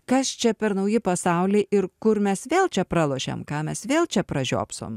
kas čia per nauji pasauliai ir kur mes vėl čia pralošiam ką mes vėl čia pražiopsom